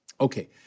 Okay